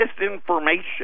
misinformation